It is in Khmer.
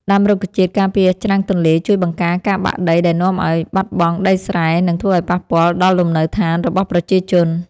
ដាំរុក្ខជាតិការពារច្រាំងទន្លេជួយបង្ការការបាក់ដីដែលនាំឱ្យបាត់បង់ដីស្រែ និង ធ្វើឱ្យប៉ះពាល់ដល់លំនៅឋានរបស់ប្រជាជន។